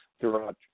throughout